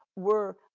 were